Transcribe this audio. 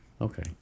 okay